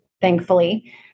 thankfully